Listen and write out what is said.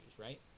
right